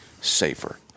safer